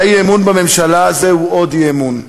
והאי-אמון בממשלה זהו עוד אי-אמון.